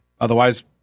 Otherwise